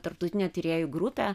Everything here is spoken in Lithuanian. tarptautinė tyrėjų grupė